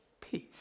Peace